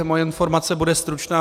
Moje informace bude stručná.